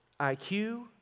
IQ